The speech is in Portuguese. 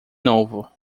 novo